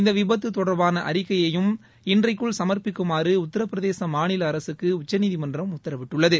இந்த விபத்து தொடர்பான அறிக்கையையும் இன்றையக்குள் சமர்ப்பிக்குமாறு உத்தரப்பிரதேச மாநில அரசுக்கு உச்சநீதிமன்றம் உத்தரவிட்டுள்ளது